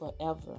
forever